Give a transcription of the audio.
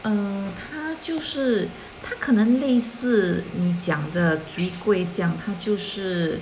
um 嗯他就是他可能类似你讲的那个 chwee kueh 这样他就是